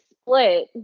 split